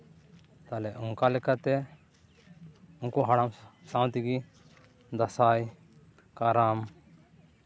ᱛᱟᱦᱚᱞᱮ ᱚᱱᱠᱟ ᱞᱮᱠᱟᱛᱮ ᱩᱱᱠᱩ ᱦᱟᱲᱟᱢ ᱥᱟᱶ ᱛᱮᱜᱮ ᱫᱟᱸᱥᱟᱭ ᱠᱟᱨᱟᱢ